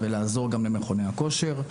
ולעזור גם למכוני הכושר.